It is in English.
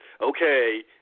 okay